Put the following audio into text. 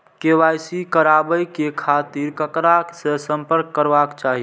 KYC कराबे के खातिर ककरा से संपर्क करबाक चाही?